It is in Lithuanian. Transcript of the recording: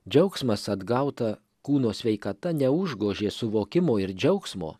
džiaugsmas atgautą kūno sveikata neužgožė suvokimo ir džiaugsmo